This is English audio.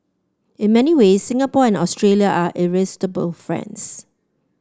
in many ways Singapore and Australia are irresistible friends